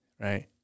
Right